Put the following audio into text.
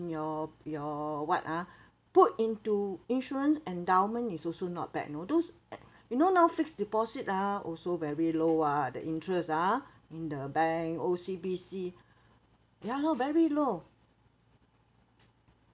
in your your what ah put into insurance endowment is also not bad you know those a~ you know now fixed deposit ah also very low ah the interest ah in the bank O_C_B_C ya loh very low